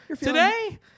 today